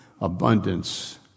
abundance